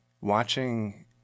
watching